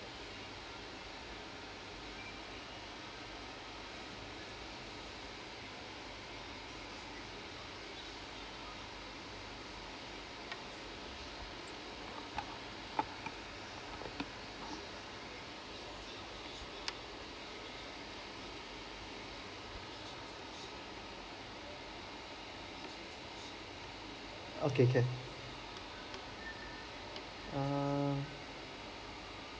okay can err